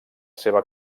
seva